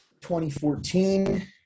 2014